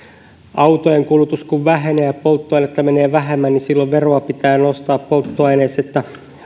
autojen kulutus vähenee ja polttoainetta menee vähemmän niin silloin veroa pitää nostaa polttoaineissa että